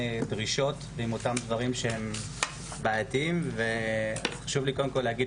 דרישות ועם אותם דברים שהם בעיתיים וחשוב לי קודם כל להגיד,